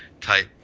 type